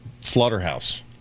slaughterhouse